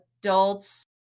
adults